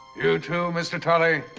you too, mr. tully.